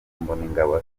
mbonigaba